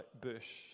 bush